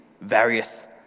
various